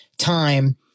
Time